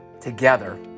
together